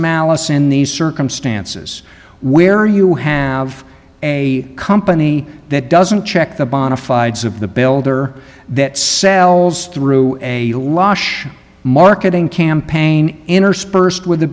malice in these circumstances where you have a company that doesn't check the bonafied of the builder that sells through a marketing campaign interspersed with